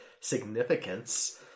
significance